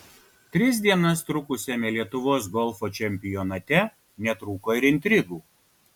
tris dienas trukusiame lietuvos golfo čempionate netrūko ir intrigų